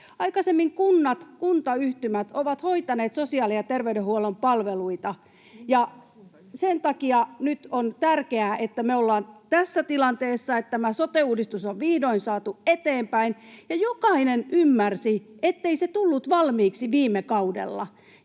Aikaisemmin kunnat, kuntayhtymät ovat hoitaneet sosiaali- ja terveydenhuollon palveluita, ja sen takia nyt on tärkeää, että me ollaan tässä tilanteessa, että tämä sote-uudistus on vihdoin saatu eteenpäin. Jokainen ymmärsi, ettei se tullut valmiiksi viime kaudella.